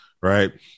Right